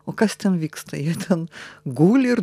o kas ten vyksta jie ten guli